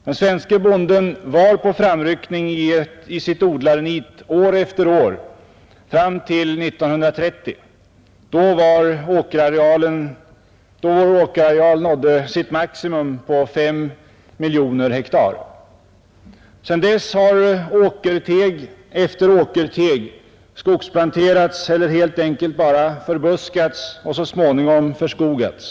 Den svenske bonden var på framryckning i sitt odlarnit år efter år ända till 1930, då vår åkerareal nådde sitt maximum på 5 miljoner hektar. Sedan dess har åkerteg efter åkerteg skogsplanterats eller helt enkelt bara förbuskats och så småningom förskogats.